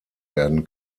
werden